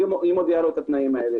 היא מודיעה לו את התנאים האלה.